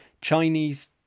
Chinese